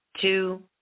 two